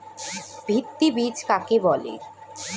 ভিত্তি বীজ কাকে বলে?